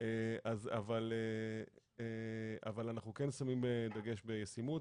אנחנו כן שמים דגש בישימות,